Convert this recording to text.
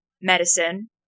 medicine